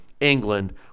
england